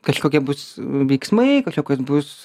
kažkokie bus veiksmai kažkokios bus